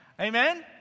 Amen